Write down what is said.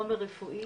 בחומר רפואי.